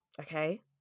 Okay